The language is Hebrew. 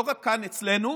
לא רק כאן אצלנו,